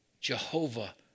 Jehovah